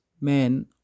men